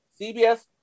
CBS